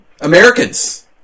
Americans